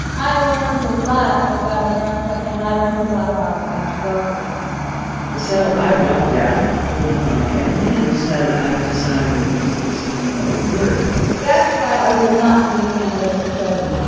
i learned a lot about america, and i learned a lot about pat schroeder so i walked out with all my family and said, i've decided this this isn't going to work that's why i will not be a candidate for president